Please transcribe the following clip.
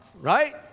right